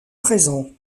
présents